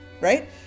right